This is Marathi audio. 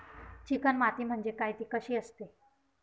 चिकण माती म्हणजे काय? ति कशी असते?